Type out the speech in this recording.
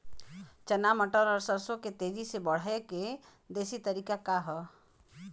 चना मटर और सरसों के तेजी से बढ़ने क देशी तरीका का ह?